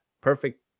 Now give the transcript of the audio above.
perfect